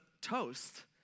toast